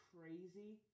crazy